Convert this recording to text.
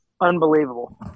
unbelievable